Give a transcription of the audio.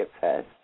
first